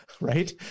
Right